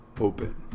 open